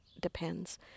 depends